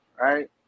right